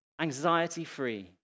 anxiety-free